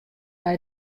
nei